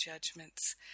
judgments